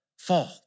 Fall